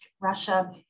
Russia